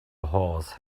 horse